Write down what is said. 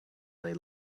they